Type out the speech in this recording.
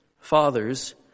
Fathers